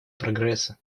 прогресса